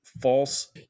false